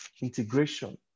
integration